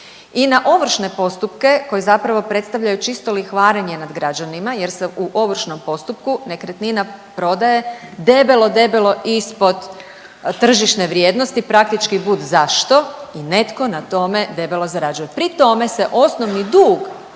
i ona ovršne postupke koji zapravo predstavljaju čisto lihvarenje nad građanima jer se u ovršnom postupku nekretnina prodaje debelo, debelo ispod tržišne vrijednosti praktički budzašto i netko na tome debelo zarađuje. Pri tome se osnovni dug